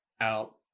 out